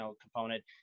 component